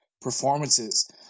performances